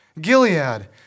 Gilead